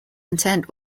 intent